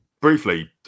Briefly